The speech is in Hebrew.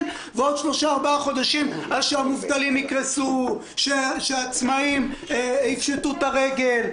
ועוד שלושה ארבעה חודשים עד שהעצמאים יפשטו את הרגל,